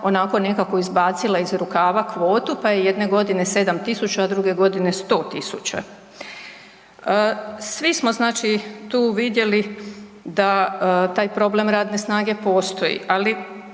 onako nekako izbacila iz rukava kvotu pa je jedne godine 7000 a druge godine 100 000. Svi smo znači tu vidjeli da taj problem radne snage postoji ali